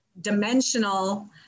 dimensional